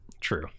True